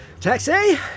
Taxi